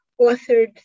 authored